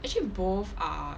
actually both are